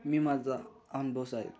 मी माझा अनुभव जो आहे